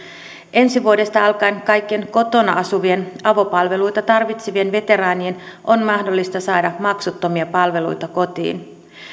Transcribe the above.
ensi vuodesta alkaen kaikkien kotona asuvien avopalveluita tarvitsevien veteraanien on mahdollista saada maksuttomia palveluita kotiin